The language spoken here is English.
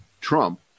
Trump